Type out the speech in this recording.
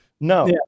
no